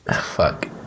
Fuck